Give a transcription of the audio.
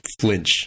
flinch